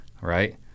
Right